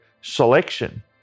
selection